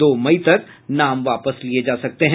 दो मई तक नाम वापस लिये जा सकते हैं